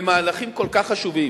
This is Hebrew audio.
במהלכים כל כך חשובים,